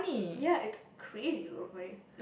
ya it's crazy load of money